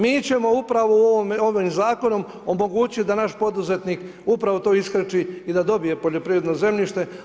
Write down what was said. Mi ćemo upravo ovim zakonom omogućiti da naš poduzetnik upravo to iskrči i da dobije poljoprivredno zemljište.